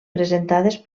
presentades